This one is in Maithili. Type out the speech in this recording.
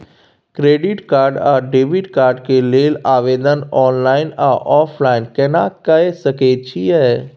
क्रेडिट कार्ड आ डेबिट कार्ड के लेल आवेदन ऑनलाइन आ ऑफलाइन केना के सकय छियै?